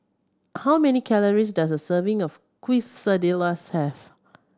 how many calories does a serving of Quesadillas have